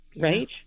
right